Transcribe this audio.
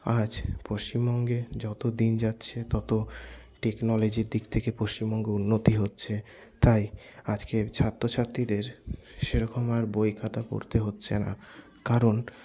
আজ পশ্চিমবঙ্গে যতদিন যাচ্ছে ততো টেকনোলজির দিক থেকে পশ্চিমবঙ্গ উন্নতি হচ্ছে তাই আজকের ছাত্রছাত্রীদের সেরকম আর বই খাতা পড়তে হচ্ছে না কারণ